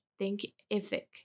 Thinkific